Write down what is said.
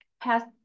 past